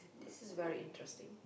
this is very interesting